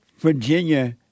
Virginia